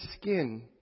skin